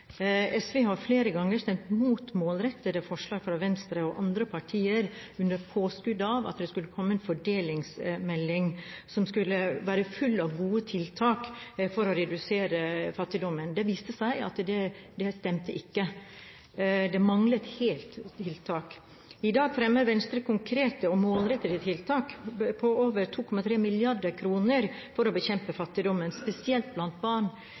SV har flere ganger stemt mot målrettede forslag fra Venstre og andre partier under påskudd av at det skulle komme en fordelingsmelding som skulle være full av gode tiltak for å redusere fattigdommen. Det viste seg at det ikke stemte. Det manglet helt tiltak. I dag fremmer Venstre konkrete og målrettede tiltak på over 2,3 mrd. kr for å bekjempe fattigdommen, spesielt blant barn.